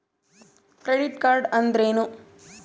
Credit card ಅಂದ್ರೇನು?